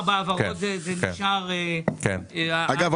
אגב,